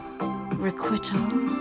requital